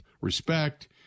respect